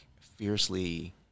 fiercely